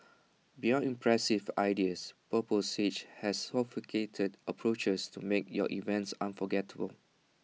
beyond impressive ideas purple sage has sophisticated approaches to make your events unforgettable